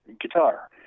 guitar